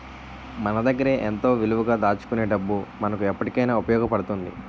మన దగ్గరే ఎంతో విలువగా దాచుకునే డబ్బు మనకు ఎప్పటికైన ఉపయోగపడుతుంది